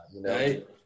Right